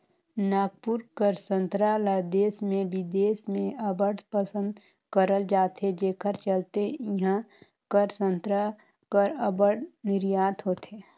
नागपुर कर संतरा ल देस में बिदेस में अब्बड़ पसंद करल जाथे जेकर चलते इहां कर संतरा कर अब्बड़ निरयात होथे